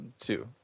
two